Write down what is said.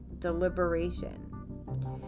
deliberation